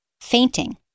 fainting